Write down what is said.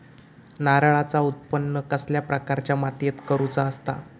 नारळाचा उत्त्पन कसल्या प्रकारच्या मातीत करूचा असता?